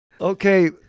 Okay